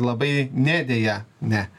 labai ne deja ne